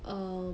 err